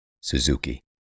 Suzuki